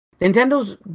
Nintendo's